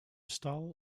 stal